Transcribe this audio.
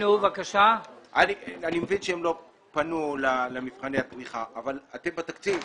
אני מבין שהם לא פנו למבחני התמיכה אבל אתם בתקציב,